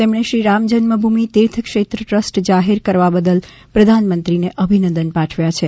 તેમણે શ્રી રામજન્મભૂમિ તીર્થક્ષેત્ર ટ્રસ્ટ જાહેર કરવા બદલ પ્રધાનમંત્રીને અભિનંદન પાઠવ્યા છે